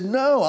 no